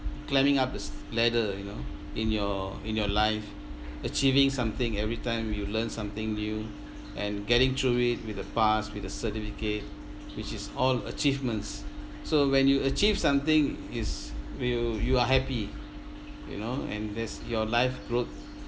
climbing up the ladder you know in your in your life achieving something every time you learn something new and getting through it with a pass with a certificate which is all achievements so when you achieve something is will you are happy you know and that's your life growth